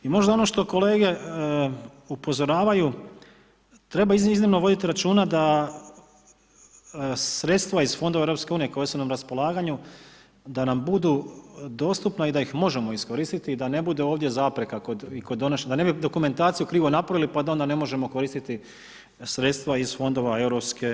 I možda ono što kolege upozoravaju, treba iz njih iznimno voditi računa da sredstva iz fondova EU koja su nam na raspolaganju da nam budu dostupna i da ih možemo iskoristiti da ne bude ovdje zapreka i kod donošenja, da ne bi dokumentaciju krivo napravili, pa da onda ne možemo koristiti sredstva ih fondova EU.